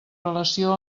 relació